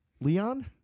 Leon